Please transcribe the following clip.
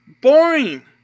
Boring